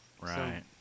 Right